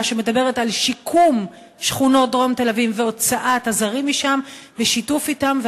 שמדברת על שיקום שכונות דרום תל-אביב והוצאת הזרים משם בשיתוף אתם.